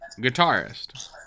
guitarist